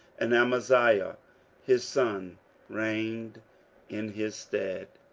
and amaziah his son reigned in his stead.